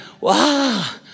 wow